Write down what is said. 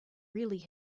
really